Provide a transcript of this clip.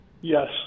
Yes